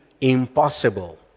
impossible